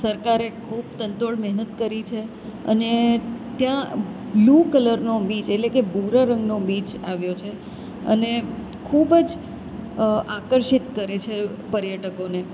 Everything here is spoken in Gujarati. સરકારે ખૂબ તનતોડ મહેનત કરી છે અને ત્યાં બ્લુ કલરનો બીચ એટલે કે ભૂરા રંગનો બીચ આવ્યો છે અને ખૂબ જ આકર્ષિત કરે છે પર્યટકોને